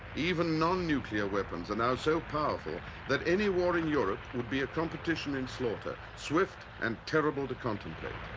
even non-nuclear weapons are now so powerful that any war in europe would be a competition in slaughter, swift and terrible to contemplate.